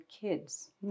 kids